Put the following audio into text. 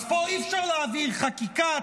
אז פה אי-אפשר להעביר חקיקה,